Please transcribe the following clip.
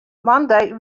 moandei